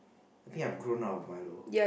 think I have grown out of milo